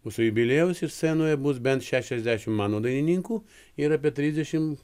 mūsų jubiliejaus ir scenoje bus bent šešiasdešim mano dainininkų ir apie trisdešim